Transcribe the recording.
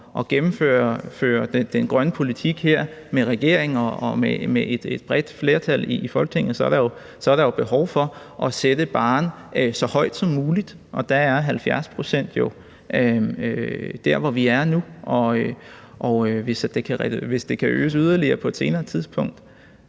at gennemføre den grønne politik med regeringen og et bredt flertal i Folketinget, er der behov for at sætte barren så højt som muligt. Og der er 70 pct. jo dér, hvor vi er nu, og hvis det kan øges yderligere på et senere tidspunkt,